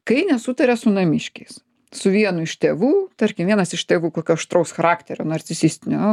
kai nesutaria su namiškiais su vienu iš tėvų tarkim vienas iš tėvų kokio aštraus charakterio narcisistinio